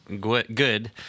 good